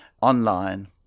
online